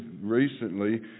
recently